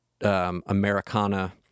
Americana